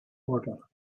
order